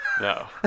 No